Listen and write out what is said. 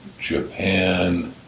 Japan